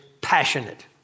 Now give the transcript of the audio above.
passionate